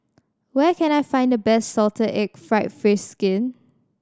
where can I find the best salted egg fried fish skin